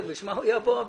לשם מה הוא יעבור עבירה?